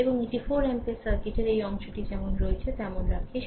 এবং এটি 4 অ্যাম্পিয়ার সার্কিটের এই অংশটি এটি যেমন রয়েছে তেমন রাখে